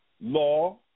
law